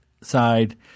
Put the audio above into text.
side